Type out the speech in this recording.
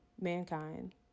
mankind